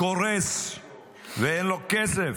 קורס ואין לו כסף.